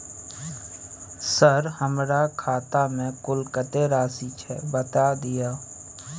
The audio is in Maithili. सर हमरा खाता में कुल कत्ते राशि छै बता दिय?